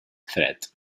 threat